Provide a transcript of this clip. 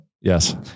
Yes